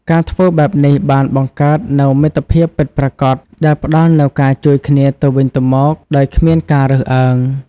ការធ្វើបែបនេះបានបង្កើតនូវមិត្តភាពពិតប្រាកដដែលផ្តល់នូវការជួយគ្នាទៅវិញទៅមកដោយគ្មានការរើសអើង។